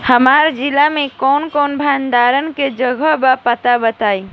हमरा जिला मे कवन कवन भंडारन के जगहबा पता बताईं?